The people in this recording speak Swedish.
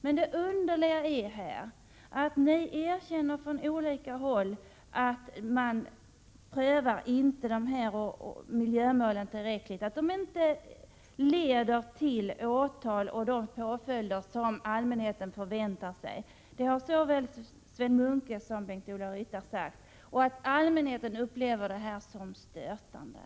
Men det underliga är att ni här från olika håll erkänner att man inte prövar de här miljömålen tillräckligt, att de inte leder till åtal och de påföljder som allmänheten förväntar sig, det har såväl Sven Munke som Bengt-Ola Ryttar sagt, och att allmänheten upplever det här som stötande.